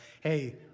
Hey